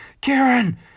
Karen